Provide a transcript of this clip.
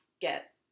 Get